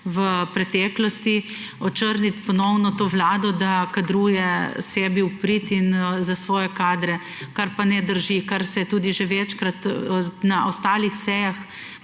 v preteklosti, očrniti ponovno to vlado, da kadruje sebi v prid in za svoje kadre, kar pa ne drži, kar se je tudi že večkrat na ostalih sejah